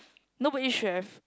nobody should have